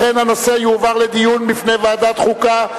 לכן הנושא יועבר לדיון בוועדת החוקה,